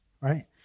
right